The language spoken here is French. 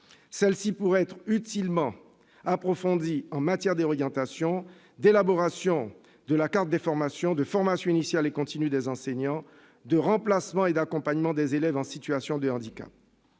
Celle-ci pourrait être utilement renforcée en matière d'orientation, d'élaboration de la carte des formations, de formation initiale et continue des enseignants, de remplacement et d'accompagnement des élèves en situation de handicap.